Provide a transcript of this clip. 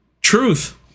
truth